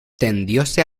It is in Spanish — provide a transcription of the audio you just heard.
tendióse